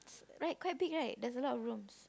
right quite big likes a lot of rooms